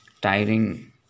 tiring